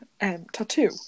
tattoo